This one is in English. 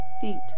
feet